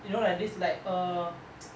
you know like this like err